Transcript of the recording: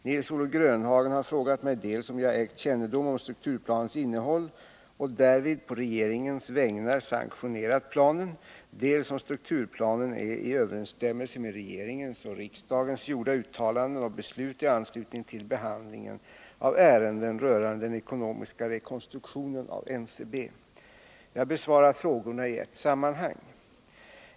Nils-Olof Grönhagen har frågat mig-dels om jag ägt kännedom om strukturplanens innehåll och därvid på regeringens vägnar sanktionerat planen, dels om strukturplanen är i överensstämmelse med regeringens och riksdagens gjorda uttalanden och beslut i anslutning till behandlingen av ärenden rörande den ekonomiska rekonstruktionen av NCB. Jag besvarar frågorna i ett sammanhang.